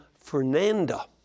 Fernanda